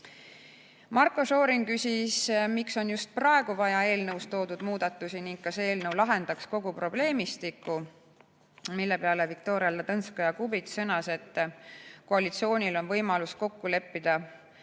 Marko Šorin küsis, miks on just praegu eelnõus toodud muudatusi vaja ning kas eelnõu lahendaks kogu probleemistiku. Selle peale Viktoria Ladõnskaja-Kubits sõnas, et koalitsioonil on võimalus kokku leppida